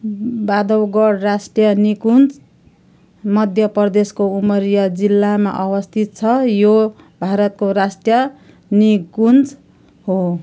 बाँधवगढ राष्ट्रिय निकुन्ज मध्य प्रदेशको उमरिया जिल्लामा अवस्थित छ यो भारतको राष्ट्रिय निकुन्ज हो